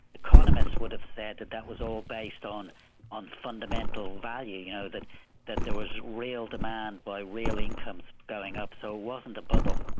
economists would have said that that was all based on on fundamental value, you know that that there was real demand by real incomes going up, so it wasn't a bubble.